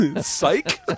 Psych